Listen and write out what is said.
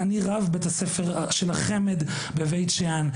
אני רב בית הספר של החמ"ד בבית שאן,